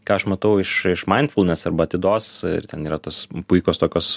ką aš matau iš iš mainfulnes arba atidos ir ten yra tas puikios tokios